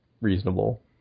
reasonable